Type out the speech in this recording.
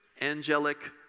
angelic